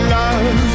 love